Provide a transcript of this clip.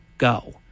go